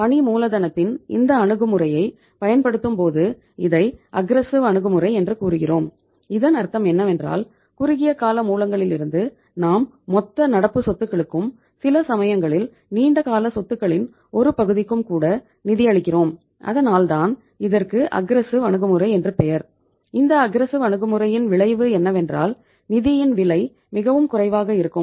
பணி மூலதனத்தின் இந்த அணுகுமுறையை பயன்படுத்தும்போது இதை அஃகிரெஸ்ஸிவ் அணுகுமுறையின் விளைவு என்னவென்றால் நிதியின் விலை மிகவும் குறைவாக இருக்கும்